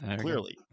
clearly